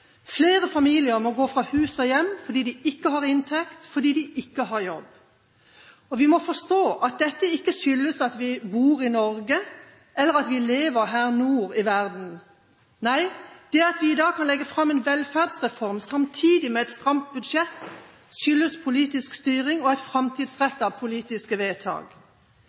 Flere familier må gå fra hus og hjem fordi de ikke har inntekt og fordi de ikke har jobb. Vi må forstå at dette ikke skyldes at vi bor i Norge, eller at vi lever her nord i verden. Nei, det at vi i dag kan legge fram en velferdsreform samtidig med et stramt budsjett, skyldes politisk styring og framtidsrettede politiske vedtak.